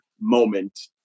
moment